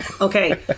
Okay